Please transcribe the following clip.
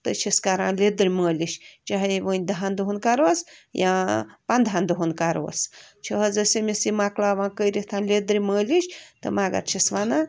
تہٕ چھِس کَران لِدرِ مٲلِش چاہے وۄنۍ دٔہن دۄہن کَرٕہوس یا پنٛدٕہن دۄہن کَرٕہوس چھِ حظ أسۍ أمِس یہِ مۄکلاوان کٔرِتھ لدرِ مٲلِش تہٕ مگر چھِس وَنان